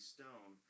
Stone